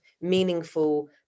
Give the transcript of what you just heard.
meaningful